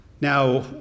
Now